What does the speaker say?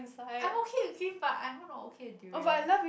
I'm okay with cream but I'm not okay with durian